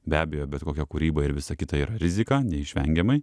be abejo bet kokia kūryba ir visa kita yra rizika neišvengiamai